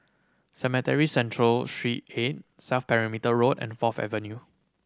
Cemetry Central Street Eight South Perimeter Road and Fourth Avenue